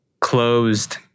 closed